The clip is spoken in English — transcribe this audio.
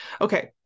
Okay